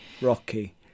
Rocky